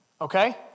Okay